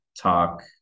talk